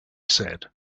said